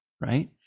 right